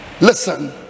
listen